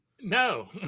No